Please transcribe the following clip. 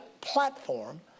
platform